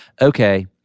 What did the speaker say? Okay